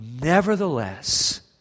nevertheless